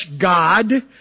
God